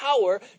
power